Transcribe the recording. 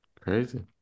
crazy